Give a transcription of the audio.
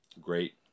great